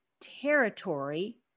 territory